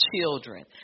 children